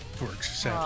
Works